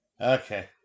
Okay